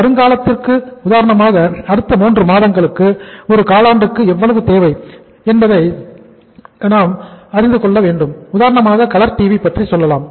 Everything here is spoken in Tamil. வருங்காலத்திற்கு உதாரணமாக அடுத்த மூன்று மாதங்களுக்கு ஒரு காலாண்டுக்கு எவ்வளவு தேவை உதாரணமாக கலர் டிவி பற்றி சொல்லலாம்